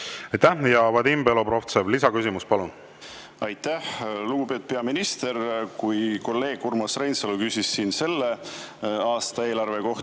Aitäh! Vadim Belobrovtsev, lisaküsimus, palun! Aitäh! Lugupeetud peaminister, kui kolleeg Urmas Reinsalu küsis siin selle aasta eelarve kohta,